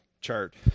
chart